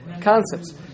concepts